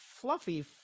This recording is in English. fluffy